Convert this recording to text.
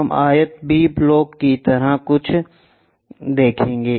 हम आयत B block की तरह कुछ देखेंगे